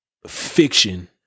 fiction